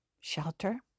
shelter